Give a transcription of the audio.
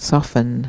Soften